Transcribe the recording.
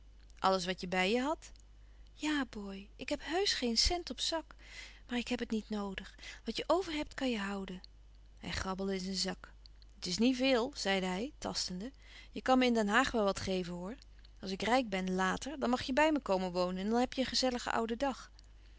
alles wat je bij je hadt ja boy ik heb heusch geen cent op zak maar ik heb het niet noodig wat je over hebt kan je houden hij grabbelde in zijn zak het is niet veel zeide hij tastende je kan me in den haag wel wat geven hoor als ik rijk ben later dan mag je bij me komen wonen en dan heb je een gezelligen ouden dag